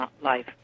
life